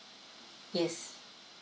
yes